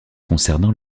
concernant